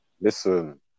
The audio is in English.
Listen